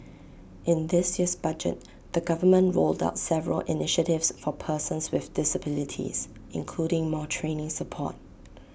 in this year's budget the government rolled out several initiatives for persons with disabilities including more training support